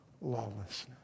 lawlessness